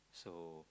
so